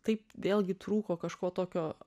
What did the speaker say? taip vėlgi trūko kažko tokio